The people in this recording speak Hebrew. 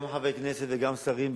גם חברי כנסת וגם שרים,